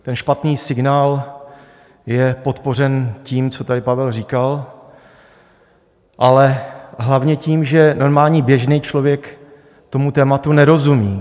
Ten špatný signál je podpořen tím, co tady Pavel říkal, ale hlavně tím, že normální běžný člověk tomu tématu nerozumí.